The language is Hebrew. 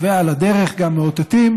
ועל הדרך גם מאותתים